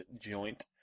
joint